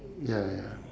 ya ya